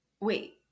Wait